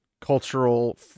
cultural